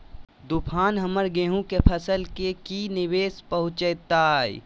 तूफान हमर गेंहू के फसल के की निवेस पहुचैताय?